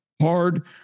hard